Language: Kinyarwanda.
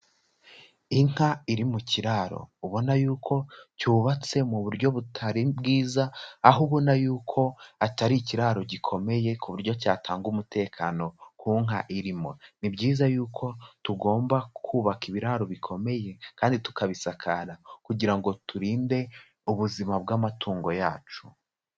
Inka iri mu kiraro ubona yuko cyubatse mu buryo butari bwiza, aho ubona yuko atari ikiraro gikomeye ku buryo cyatanga umutekano ku nka irimo. Ni byiza yuko tugomba kubaka ibiraro bikomeye kandi tukabisakara, kugira ngo turinde ubuzima bw'amatungo yacu.